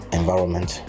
environment